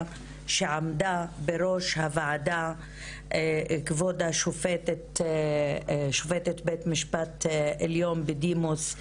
שבראש הוועדה עמדה שופטת בית משפט עליון בדימוס,